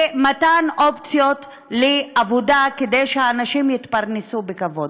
ומתן אופציות לעבודה, כדי שהאנשים יתפרנסו בכבוד.